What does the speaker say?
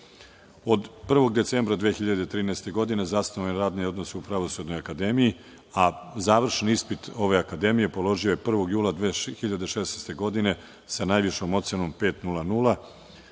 1. decembra 2013. godine zasnovao je radni odnos u Pravosudnoj akademiji, a završni ispit ove akademije položio je 1. jula 2016. godine, sa najvišom ocenom 5.00